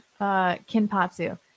Kinpatsu